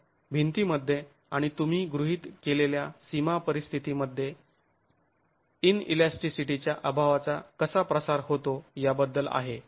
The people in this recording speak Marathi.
तर भिंतीमध्ये आणि तुम्ही गृहीत केलेल्या सीमा परिस्थितीमध्ये इनईलास्टीसिटीच्या अभावचा कसा प्रसार होतो याबद्दल आहे